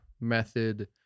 Method